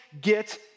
get